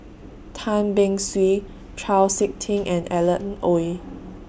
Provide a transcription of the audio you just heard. Tan Beng Swee Chau Sik Ting and Alan Oei